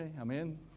Amen